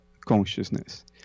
consciousness